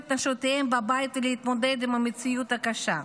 את נשותיהם בבית להתמודד עם המציאות הקשה,